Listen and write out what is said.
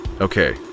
Okay